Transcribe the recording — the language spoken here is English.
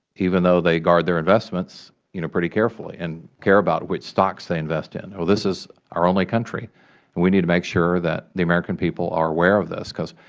even though they guard their investments you know pretty carefully and care about which stocks they invest in. well, this is our only country, and we need to make sure that the american people are aware of this because,